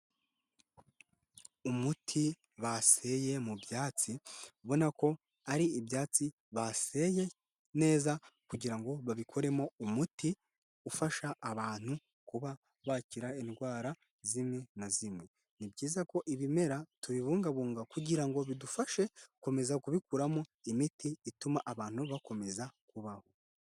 Umuti baseye mu byatsi ubona ko ari ibyatsi baseye neza kugira ngo babikoremo umuti ufasha abantu kuba bakira indwara zimwe na zimwe, ni byiza ko ibimera tubibungabunga kugira ngo bidufashe gukomeza kubikoramo imiti ituma abantu bakomeza kubaho.